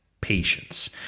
patience